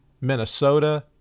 Minnesota